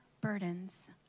burdens